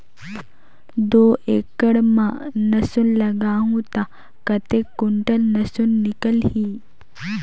दो एकड़ मां लसुन लगाहूं ता कतेक कुंटल लसुन निकल ही?